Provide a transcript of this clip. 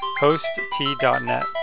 HostT.net